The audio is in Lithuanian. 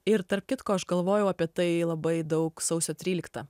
ir tarp kitko aš galvojau apie tai labai daug sausio trylyktą